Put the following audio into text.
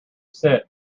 sit